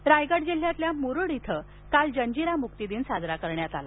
मक्तिदिन रायगड जिल्ह्यातील मुरुड इथं काल जंजिरा मुक्ती दिन साजरा करण्यात आला